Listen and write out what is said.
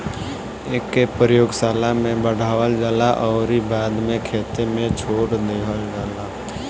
एके प्रयोगशाला में बढ़ावल जाला अउरी बाद में खेते में छोड़ दिहल जाला